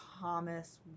Thomas